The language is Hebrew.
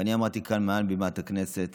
ואני אמרתי כאן מעל בימת הכנסת